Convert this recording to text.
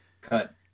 cut